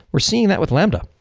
we're seeing that with lambda.